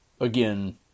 again